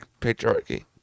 patriarchy